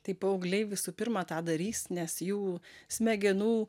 tai paaugliai visų pirma tą darys nes jų smegenų